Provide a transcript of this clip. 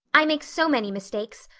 i make so many mistakes.